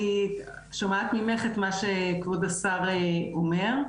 אני שומעת ממך את מה שכבוד השר אומר.